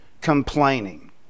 complaining